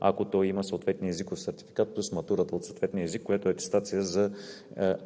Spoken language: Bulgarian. ако той има езиков сертификат, плюс матурата от съответния език, което е атестация за